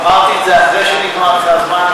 אמרתי את זה אחרי שנגמר לך הזמן,